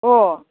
अह